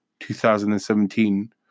2017